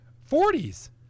forties